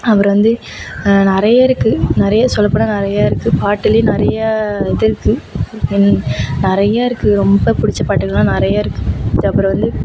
அப்புறம் வந்து நிறைய இருக்கு நிறைய சொல்லப்போனா நிறைய இருக்கு பாட்டுலையே நிறைய இது இருக்கு நிறைய இருக்கு ரொம்ப பிடிச்ச பாட்டுகள் எல்லாம் நிறைய இருக்கு அப்புறம் வந்து